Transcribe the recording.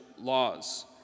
laws